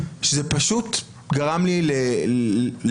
שזה פשוט גרם לי לעצב,